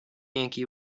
yankee